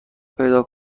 پیدا